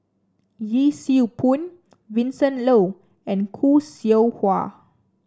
Yee Siew Pun Vincent Leow and Khoo Seow Hwa